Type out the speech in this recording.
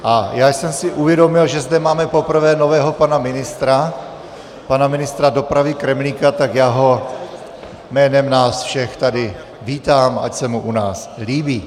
A já jsem si uvědomil, že zde máme poprvé nového pana ministra, pana ministra dopravy Kremlíka, tak já ho jménem nás všech tady vítám, ať se mu u nás líbí.